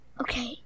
okay